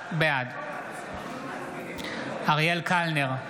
בעד אריאל קלנר,